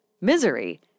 misery